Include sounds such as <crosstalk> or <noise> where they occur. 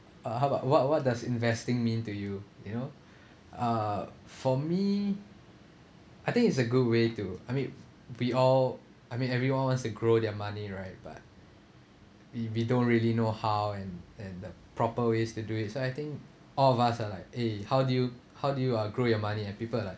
uh how about what what does investing mean to you you know <breath> uh for me I think it's a good way to I mean we all I mean everyone wants to grow their money right but we we don't really know how and and the proper ways to do it so I think all of us are like eh how did you how did you uh grow your money and people like